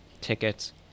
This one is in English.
tickets